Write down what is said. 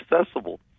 accessible